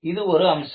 இது ஒரு அம்சம்